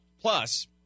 Plus